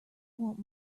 want